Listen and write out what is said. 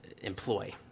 employ